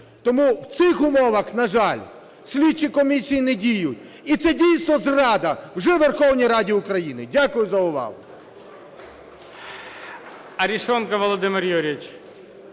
Тому в цих умовах, на жаль, слідчі комісії не діють. І це дійсно зрада вже у Верховній Раді України. Дякую за увагу.